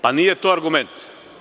Pa, nije to argument.